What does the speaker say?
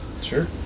Sure